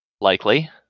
likely